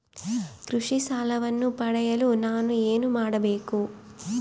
ಕೃಷಿ ಸಾಲವನ್ನು ಪಡೆಯಲು ನಾನು ಏನು ಮಾಡಬೇಕು?